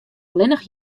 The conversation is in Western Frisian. allinnich